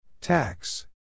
Tax